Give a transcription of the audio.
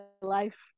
life